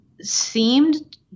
seemed